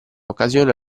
occasione